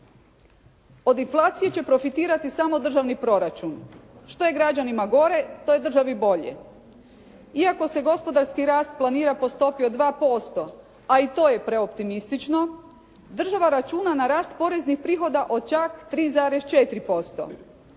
Od inflacije će profitirati samo državni proračun. Što je građanima bolje, to je državi bolje. Iako se gospodarski rast planira po stopi od 2%. A i to je preoptimistično. Država računa na rast poreznih prihoda od čak 3,4%,